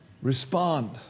Respond